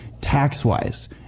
tax-wise